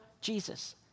Jesus